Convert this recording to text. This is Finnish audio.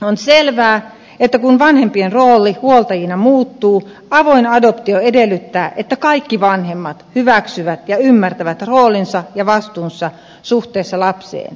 on selvää että kun vanhempien rooli huoltajina muuttuu avoin adoptio edellyttää että kaikki vanhemmat hyväksyvät ja ymmärtävät roolinsa ja vastuunsa suhteessa lapseen